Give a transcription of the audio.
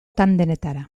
tandemetara